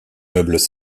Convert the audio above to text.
meubles